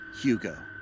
Hugo